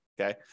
okay